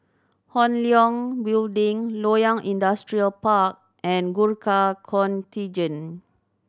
Hong Leong Building Loyang Industrial Park and Gurkha Contingent